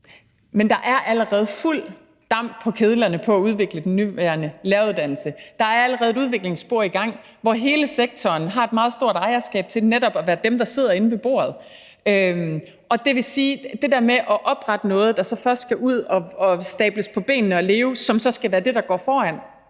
Men der er allerede fuld damp på kedlerne med hensyn til at udvikle den nuværende læreruddannelse. Der er allerede et udviklingsspor i gang, som hele sektoren har et meget stort ejerskab til ved netop at være dem, der sidder inde ved bordet. Jeg vil sige, at frem for at oprette noget, der så først skal stables på benene og leve, og som så skal være det, der går foran,